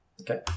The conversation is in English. Okay